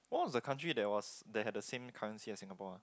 oh is a country that was that has the same currency as Singapore ah